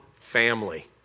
family